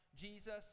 Jesus